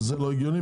וזה לא הגיוני,